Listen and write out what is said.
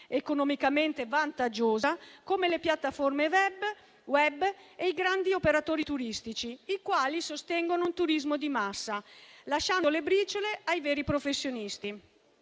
economicamente più vantaggiosa, come le piattaforme *web* e i grandi operatori turistici, i quali sostengono un turismo di massa, lasciando le briciole ai veri professionisti.